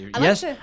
Yes